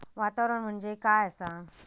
वातावरण म्हणजे काय असा?